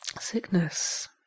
sickness